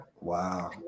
Wow